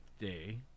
Day